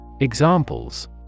Examples